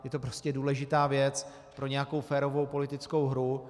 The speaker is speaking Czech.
Je to prostě důležitá věc pro nějakou férovou politickou hru.